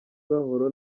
gahoro